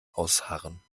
ausharren